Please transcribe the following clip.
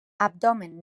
abdomen